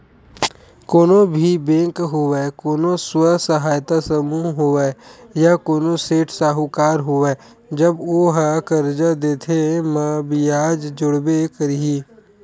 कोनो भी बेंक होवय कोनो स्व सहायता समूह होवय या कोनो सेठ साहूकार होवय जब ओहा करजा देथे म बियाज जोड़बे करथे